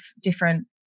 different